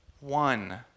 One